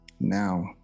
now